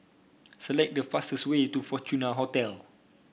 select the fastest way to Fortuna Hotel